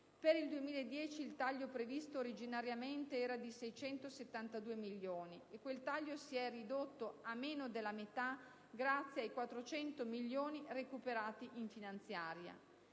Per il 2010 il taglio previsto originariamente era di 672 milioni di euro; quel taglio si è ridotto a meno della metà grazie ai 400 milioni di euro recuperati in finanziaria.